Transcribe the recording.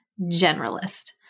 generalist